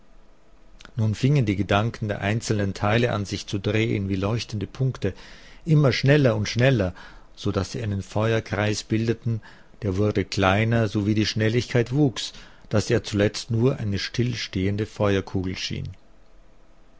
nun fingen die gedanken der einzelnen teile an sich zu drehen wie leuchtende punkte immer schneller und schneller so daß sie einen feuerkreis bildeten der wurde kleiner so wie die schnelligkeit wuchs daß er zuletzt nur eine stillstehende feuerkugel schien